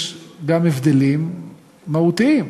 יש גם הבדלים מהותיים: